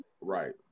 Right